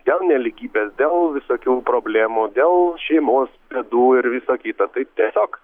dėl nelygybės dėl visokių problemų dėl šeimos bėdų ir visa kita tai tiesiog